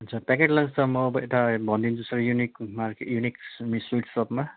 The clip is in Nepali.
हुन्छ प्याकेट लन्च त म अब यता भनिदिन्छु सर युनिक मार्केट युनिक मि स्विट सपमा